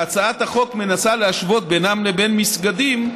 שהצעת החוק מנסה להשוות בינם לבין מסגדים,